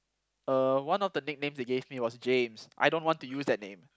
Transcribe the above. uh one the nicknames they gave me was James I don't want to use that name